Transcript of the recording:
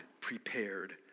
prepared